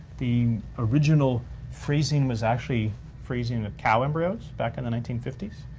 the original freezing was actually freezing of cow embryos back in the nineteen fifty s,